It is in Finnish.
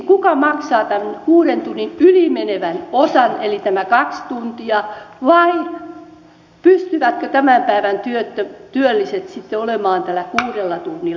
kuka maksaa tämän kuuden tunnin yli menevän osan eli tämän kaksi tuntia vai pystyvätkö tämän päivän työlliset sitten olemaan tällä kuudella tunnilla töissä